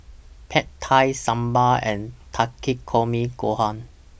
Pad Thai Sambar and Takikomi Gohan